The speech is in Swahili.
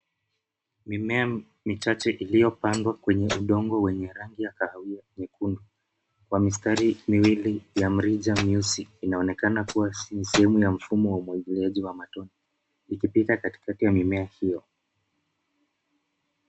Mimea michache iliyopandwa kwenye udongo wenye rangi ya kahawia nyekundu, kwa mistari miwili ya mirija mieusi inaonekana kuwa sehemu ya mfumo wa umwagiliaji wa matone ikipita katikati ya mimea hiyo.